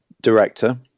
director